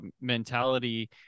mentality